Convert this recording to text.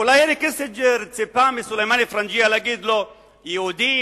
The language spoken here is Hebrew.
אולי הנרי קיסינג'ר ציפה מסולימאן א-פרנג'יה להגיד: יהודים,